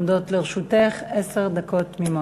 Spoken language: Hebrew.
עומדות לרשותך עשר דקות תמימות.